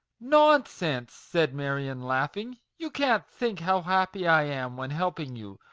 nonsense! said marion, laughing you can't think how happy i am when helping you,